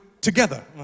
together